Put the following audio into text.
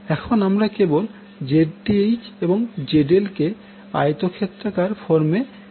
এখন আমরা কেবল Zth এবং ZL কে আয়তক্ষেত্রাকার ফর্মে রূপান্তরিত করবো